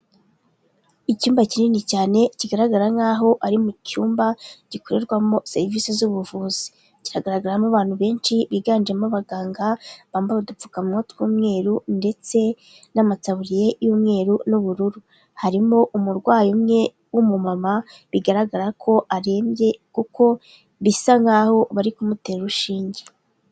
Icyumba kinini cyane, kigaragara nk'aho ari mu cyumba gikorerwamo serivisi z'ubuvuzi. Kiragaragaramo abantu benshi biganjemo abaganga, bambaye udupfukamu tw'umweru, ndetse n'amatabu y'umweru n'ubururu. Harimo umurwayi umwe w'umumama, bigaragara ko arembye, kuko bisa nk'aho bari kumutera urushinge.